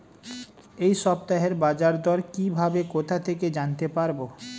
এই সপ্তাহের বাজারদর কিভাবে কোথা থেকে জানতে পারবো?